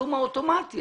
הפרסום האוטומטי.